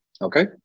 Okay